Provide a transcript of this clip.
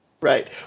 Right